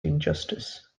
injustice